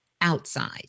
outside